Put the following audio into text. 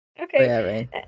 Okay